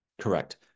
correct